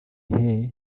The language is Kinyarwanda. hey